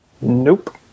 Nope